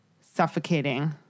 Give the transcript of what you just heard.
suffocating